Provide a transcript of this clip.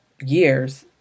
years